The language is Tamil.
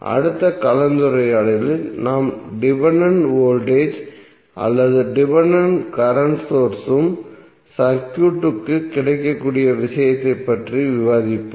அடுத்த கலந்துரையாடலில் நாம் டிபென்டென்ட் வோல்டேஜ் அல்லது டிபென்டென்ட் கரண்ட் சோர்ஸ் உம் சர்க்யூட்க்கு கிடைக்கக்கூடிய விஷயத்தைப் பற்றி விவாதிப்போம்